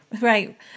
Right